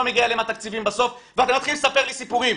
לא מגיעים אליהם התקציבים בסוף ואתה מתחיל לספר לי סיפורים.